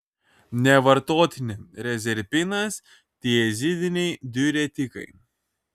nevartotini rezerpinas tiazidiniai diuretikai